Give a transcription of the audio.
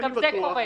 גם זה קורה.